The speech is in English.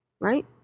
right